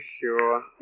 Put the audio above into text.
sure